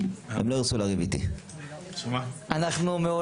הם לא ירצו לריב איתי.